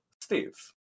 Steve